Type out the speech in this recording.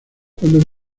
cuando